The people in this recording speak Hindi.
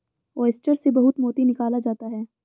ओयस्टर से बहुत मोती निकाला जाता है